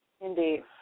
Indeed